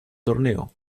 torneo